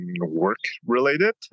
work-related